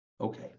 Okay